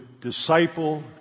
disciple